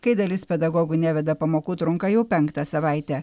kai dalis pedagogų neveda pamokų trunka jau penktą savaitę